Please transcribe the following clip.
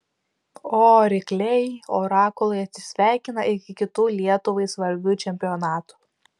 o rykliai orakulai atsisveikina iki kitų lietuvai svarbių čempionatų